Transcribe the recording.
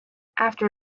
after